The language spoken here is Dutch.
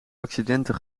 accidenten